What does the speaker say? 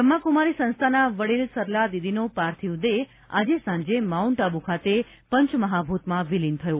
બ્રહ્માકુમારી સંસ્થાના વડીલ સરલાદીદીનો પાર્થિવ દેહ આજે સાંજે માઉન્ટ આબ્ર ખાતે પંચમહાભૂતમાં વિલીન થયો